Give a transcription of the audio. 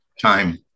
time